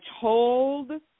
told